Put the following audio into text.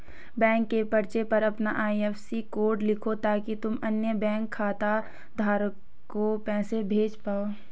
bank के पर्चे पर अपना आई.एफ.एस.सी कोड लिखो ताकि तुम अन्य बैंक खाता धारक को पैसे भेज पाओ